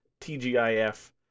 tgif